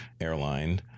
airline